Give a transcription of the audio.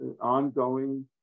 ongoing